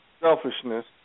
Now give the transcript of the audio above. Selfishness